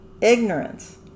Ignorance